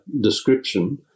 description